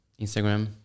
Instagram